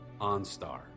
OnStar